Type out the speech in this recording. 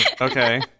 Okay